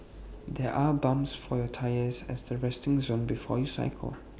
there are pumps for your tyres at the resting zone before you cycle